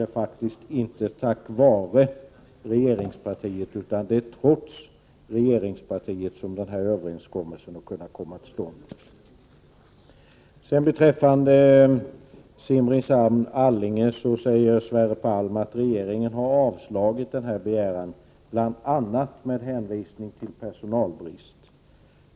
Det var faktiskt inte tack vare regeringspartiet utan trots regeringspartiet som denna överenskommelse kunde komma till stånd. Beträffande linjen Simrishamn — Allinge säger Sverre Palm att regeringen har avslagit denna begäran bl.a. på grund av personalbrist.